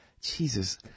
Jesus